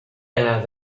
anar